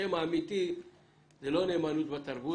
נשמע איפה זה עומד מבחינת החוק,